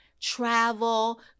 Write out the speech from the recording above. travel